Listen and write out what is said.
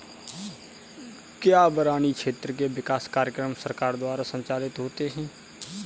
क्या बरानी क्षेत्र के विकास कार्यक्रम सरकार द्वारा संचालित होते हैं?